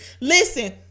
Listen